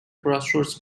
crossroads